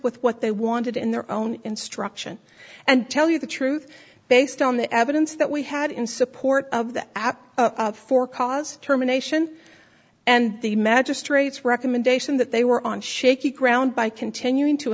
with what they wanted in their own instruction and tell you the truth based on the evidence that we had in support of that at four cars terminations and the magistrate's recommendation that they were on shaky ground by continuing to